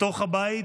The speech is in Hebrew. בתוך הבית